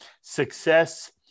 success